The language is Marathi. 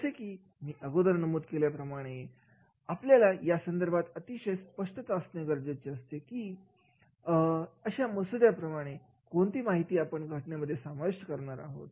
जसे कि मी अगोदर नमूद केल्याप्रमाणे आपल्याला या संदर्भात अतिशय स्पष्टता असणे गरजेचे असते की तिसर्या मुद्याप्रमाणे कोणती माहिती आपण घटनेमध्ये समाविष्ट करणार आहोत